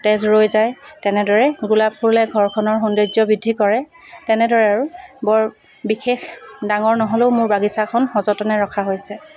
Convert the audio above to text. তেজ ৰৈ যায় তেনেদৰে গোলাপ ফুলে ঘৰখনৰ সৌন্দৰ্য্য বৃদ্ধি কৰে তেনেদৰে আৰু বৰ বিশেষ ডাঙৰ নহ'লেও মোৰ বাগিছাখন সযতনে ৰখা হৈছে